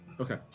Okay